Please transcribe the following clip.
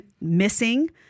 missing